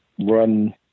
run